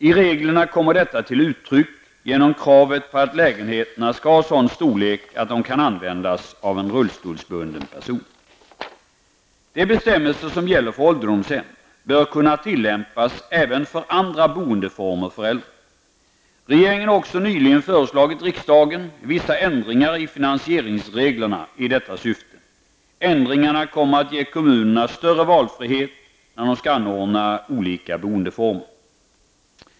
I reglerna kommer detta till uttryck genom kravet på att lägenheterna skall ha sådan storlek att de kan användas av en rullstolsbunden person. De bestämmelser som gäller för ålderdomshem bör kunna tillämpas även för andra boendeformer för äldre. Regeringen har också nyligen föreslagit riksdagen vissa ändringar i finansieringsreglerna i detta syfte. Ändringarna kommer att ge kommunerna större valfrihet när de skall anordna olika boendeformer.